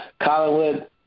Collinwood